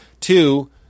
Two